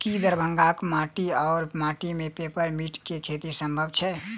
की दरभंगाक माटि वा माटि मे पेपर मिंट केँ खेती सम्भव छैक?